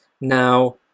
now